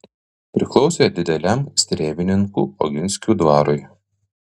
priklausė dideliam strėvininkų oginskių dvarui